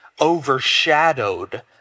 overshadowed